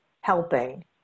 helping